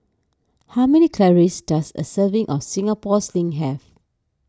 how many calories does a serving of Singapore Sling have